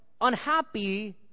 unhappy